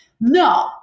No